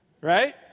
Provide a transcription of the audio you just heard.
Right